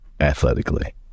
athletically